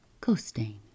Costain